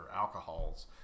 alcohols